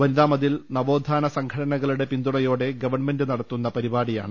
വനിതാമതിൽ നവോത്ഥാന സംഘടനകളുടെ പിന്തുണയോടെ ഗവൺമെന്റ് നടത്തുന്ന പരിപാടിയാണ്